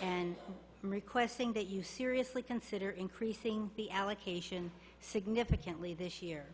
and i'm requesting that you seriously consider increasing the allocation significantly this year